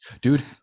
dude